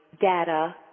data